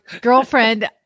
girlfriend